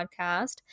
Podcast